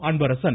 Anbarasan